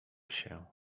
się